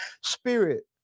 spirit